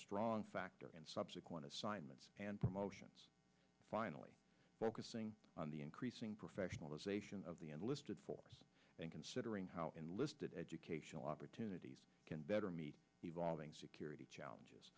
strong factor in subsequent assignments and promotion finally focusing on the increasing professionalization of the enlisted force and considering how enlisted educational opportunities can better meet evolving security challenges